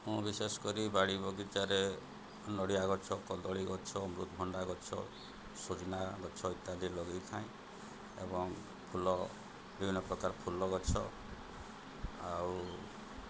ମୁଁ ବିଶେଷ କରି ବାଡ଼ି ବଗିଚାରେ ନଡ଼ିଆ ଗଛ କଦଳୀ ଗଛ ଅମୃତଭଣ୍ଡା ଗଛ ସଜନା ଗଛ ଇତ୍ୟାଦି ଲଗାଇଥାଏ ଏବଂ ଫୁଲ ବିଭିନ୍ନ ପ୍ରକାର ଫୁଲ ଗଛ ଆଉ